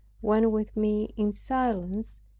when with me, in silence,